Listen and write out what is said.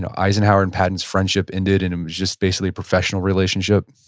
and eisenhower and patton's friendship ended, and it was just basically a professional relationship?